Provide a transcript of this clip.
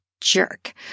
jerk